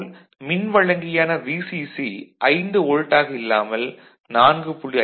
அது போல் மின் வழங்கியான Vcc 5 வோல்ட் ஆக இல்லாமல் 4